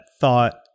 thought